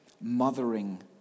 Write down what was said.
mothering